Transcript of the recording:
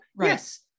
yes